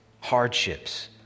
hardships